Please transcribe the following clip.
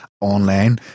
online